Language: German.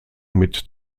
mit